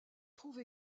trouve